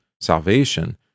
salvation